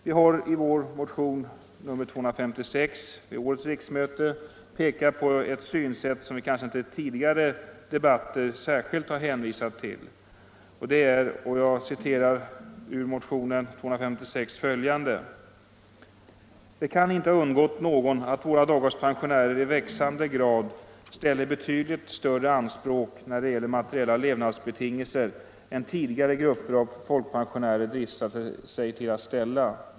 Vi har i vår motion nr 256 vid årets riksmöte pekat på ett synsätt som vi kanske inte i tidigare debatter särskilt har hänvisat till: ”Det kan inte ha undgått någon att våra dagars pensionärer i växande grad ställer betydligt större anspråk när det gäller materiella levnadsbetingelser än tidigare grupper av folkpensionärer dristat sig att ställa.